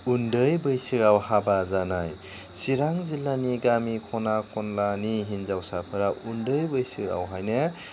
उन्दै बैसोआव हाबा जानाय चिरां जिल्लानि गामि खना खनलानि हिन्जावफोरा उन्दै बैसोआवहायनो